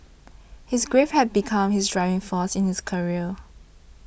his grief had become his driving force in his career